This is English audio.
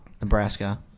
Nebraska